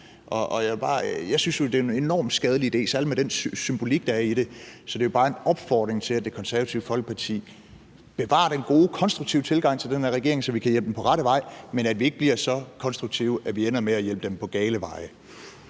Jeg synes jo, det er en enormt skadelig idé, særlig med den symbolik, der er i det, så det er bare en opfordring til, at Det Konservative Folkeparti bevarer den gode, konstruktive tilgang til den her regering, så vi kan hjælpe den på rette vej, men at vi ikke bliver så konstruktive, at vi ender med at hjælpe dem på gale veje.